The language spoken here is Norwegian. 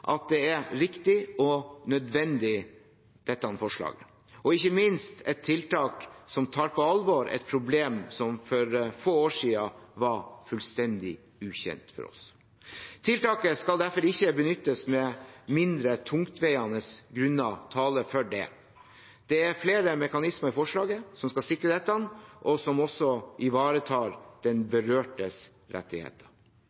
at dette forslaget er riktig og nødvendig, og ikke minst et tiltak som tar på alvor et problem som for få år siden var fullstendig ukjent for oss. Tiltaket skal derfor ikke benyttes med mindre tungtveiende grunner taler for det. Det er flere mekanismer i forslaget som skal sikre dette, og som også ivaretar den